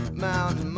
Mountain